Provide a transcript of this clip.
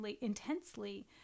intensely